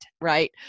right